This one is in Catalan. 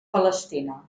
palestina